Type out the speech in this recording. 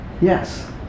Yes